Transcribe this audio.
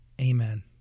Amen